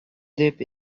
деп